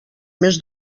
més